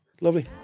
Lovely